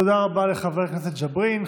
תודה רבה לחבר הכנסת ג'בארין.